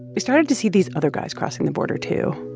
we started to see these other guys crossing the border, too,